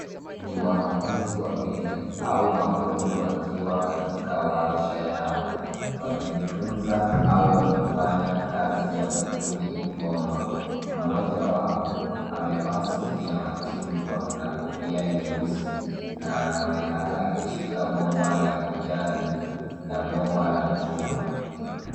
Ni wanafunzi wawili au mafundi wakiwa katika warsha yao, wakijifunza au wakifanya kazi ya ufundi bomba. Mmoja wao amevaa suti ya machungwa na kofia nyeusi na anaonekana akishika bomba la kijani na bomba la chuma.